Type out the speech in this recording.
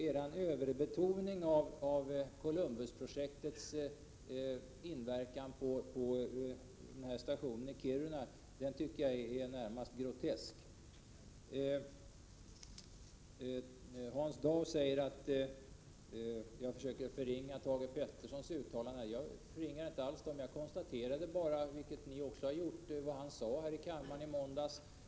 Er överbetoning av Columbusprojektets inverkan på stationen i Kiruna tycker jag är närmast grotesk. Hans Dau säger att jag försöker förringa Thage Petersons uttalanden. Jag förringar inte alls dem. Jag konstaterade bara, vilket ni också har gjort, vad han sade här i kammaren i måndags.